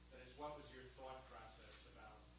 is what was your thought process about,